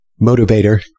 motivator